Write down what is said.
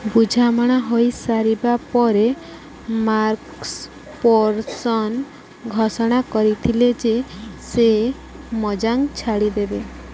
ବୁଝାମଣା ହୋଇସାରିବା ପରେ ମାର୍କସ୍ ପର୍ସନ୍ ଘୋଷଣା କରିଥିଲେ ଯେ ସେ ମୋଜାଙ୍ଗ୍ ଛାଡ଼ିଦେବେ